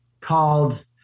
called